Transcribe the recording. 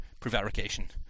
prevarication